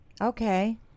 okay